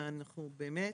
אנחנו באמת